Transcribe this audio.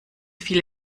viele